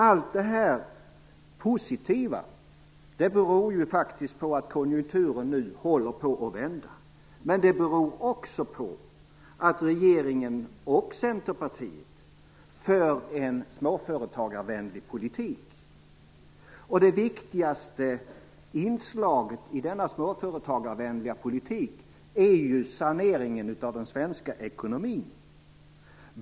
Allt det här positiva beror på att konjunkturen nu håller på att vända, men det beror också på att regeringen och Centerpartiet för en småföretagarvänlig politik. Det viktigaste inslaget i denna småföretagarvänliga politik är saneringen av den svenska ekonomin.